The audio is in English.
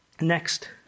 Next